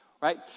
right